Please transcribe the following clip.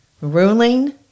ruling